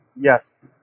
yes